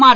R